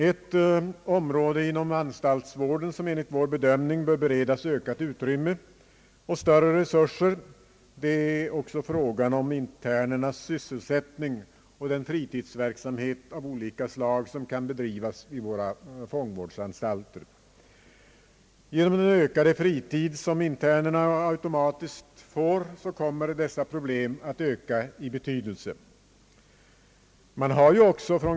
Ett område inom anstaltsvården som enligt vår bedömning bör få ökat utrymme och större resurser gäller internernas sysselsättning och den fritidsverksamhet av olika slag som kan bedrivas vid våra fängvårdsanstalter. Genom den ökade fritid som internerna automatiskt får blir dessa problem av ännu större betydelse.